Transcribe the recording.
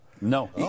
No